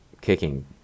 kicking